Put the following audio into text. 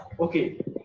okay